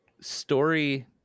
story